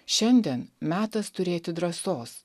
šiandien metas turėti drąsos